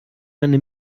meine